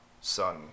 son